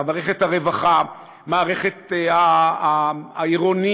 מערכת הרווחה, המערכת העירונית.